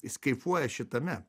jis kaifuoja šitame